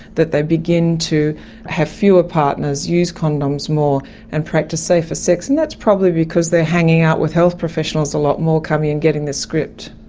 that they begin to have fewer partners, use condoms more and practice safer sex, and that's probably because they are hanging out with health professionals a lot more, coming and getting the script.